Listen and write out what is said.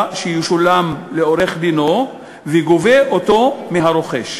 שישולם לעורך-דינו וגובה אותו מהרוכש.